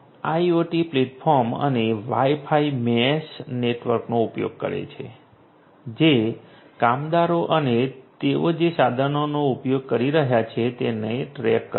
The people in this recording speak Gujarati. તે IoT પ્લેટફોર્મ અને Wi Fi મેશ નેટવર્કનો ઉપયોગ કરે છે જે કામદારો અને તેઓ જે સાધનોનો ઉપયોગ કરી રહ્યાં છે તેને ટ્રેક કરે છે